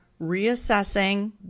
reassessing